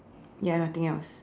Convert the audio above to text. ya nothing else